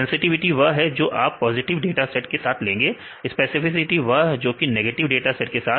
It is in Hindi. सेंसटिविटी वह है जो कि आप पॉजिटिव डाटा सेट के साथ लेंगे स्पेसिफिसिटी वह जोकि नेगेटिव डाटा सेट के साथ